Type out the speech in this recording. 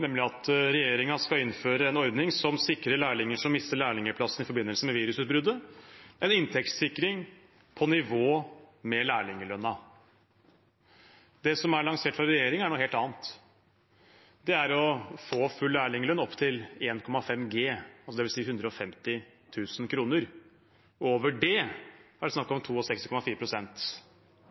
nemlig at regjeringen skal «innføre en ordning som sikrer lærlinger som mister lærlingplassen i forbindelse med virusutbruddet en inntektssikring på nivå med lærlingelønnen». Det som er lansert av regjeringen, er noe helt annet. Det er å få full lærlinglønn opp til 1,5 G, dvs. 150 000 kr, og over det er det snakk om